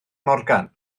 morgan